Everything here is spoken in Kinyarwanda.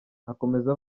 akomeza